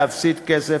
להפסיד כסף,